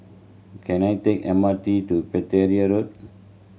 can I take M R T to Pereira Road